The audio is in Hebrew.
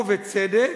ובצדק,